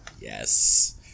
Yes